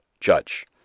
judge